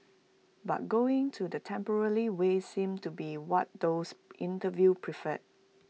but going to the way seems to be what those interviewed prefer